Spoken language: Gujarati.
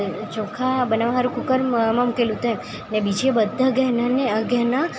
ચોખા બનાવવા સારું કૂકર મૂકેલું હતું એમ એ બીજા બધાં ઘેરનાં ને ઘેરનાં